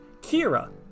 Kira